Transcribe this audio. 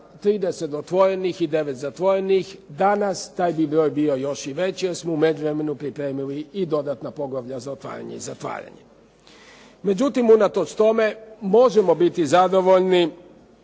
30 otvorenih i 9 zatvorenih, danas taj broj bi bio još i veći jer smo u međuvremenu pripremili i dodatna poglavlja za otvaranje i zatvaranje. Međutim, unatoč tome možemo biti zadovoljni